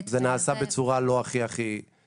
אז זה נעשה בצורה לא הכי-הכי, בעיניי.